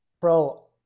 Bro